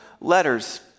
letters